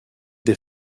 des